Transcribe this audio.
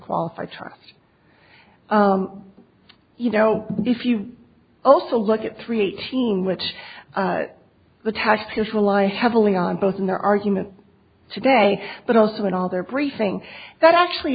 qualified trial you know if you also look at three a team which the taxpayers rely heavily on both in their argument today but also in all their briefing that actually